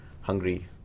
hungry